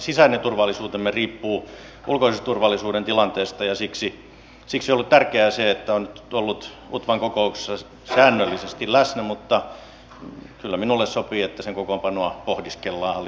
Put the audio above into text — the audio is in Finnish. sisäinen turvallisuutemme riippuu ulkoisen turvallisuuden tilanteesta ja siksi on ollut tärkeää se että olen nyt ollut utvan kokouksissa säännöllisesti läsnä mutta kyllä minulle sopii että sen kokoonpanoa pohdiskellaan hallituksen piirissä